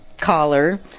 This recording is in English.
caller